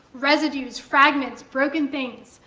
residues, fragments, broken things,